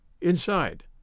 inside